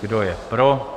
Kdo je pro?